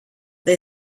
they